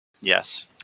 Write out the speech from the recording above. Yes